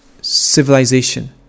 civilization